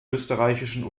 österreichischen